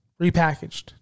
Repackaged